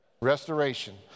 restoration